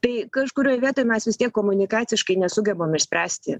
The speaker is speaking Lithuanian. tai kažkurioj vietoj mes vis tiek komunikaciškai nesugebam išspręsti